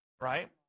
right